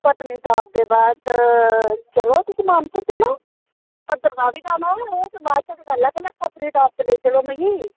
पतच्नीटॉप दे बाद चलो मानसर चलो भद्रवाह बी जाना पर पैह्लें पत्नीटॉप लेई चलो मिगी